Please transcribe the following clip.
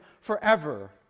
forever